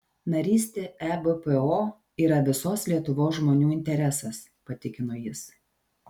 narystė ebpo yra visos lietuvos žmonių interesas patikino jis